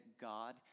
God